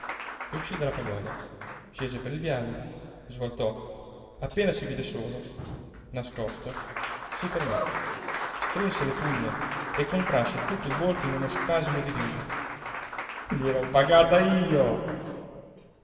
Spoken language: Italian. io e uscí dalla pagoda scese per il viale svoltò appena si vide solo nascosto si fermò strinse le pugna e contrasse tutto il volto in uno spasimo di riso gliel'ho pagata io